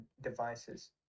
devices